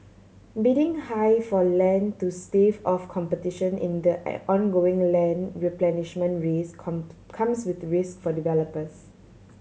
bidding high for land to stave off competition in the ongoing land replenishment race come comes with risk for developers